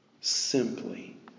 simply